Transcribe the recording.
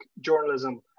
journalism